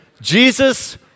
Jesus